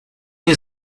nie